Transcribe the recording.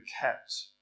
kept